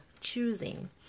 choosing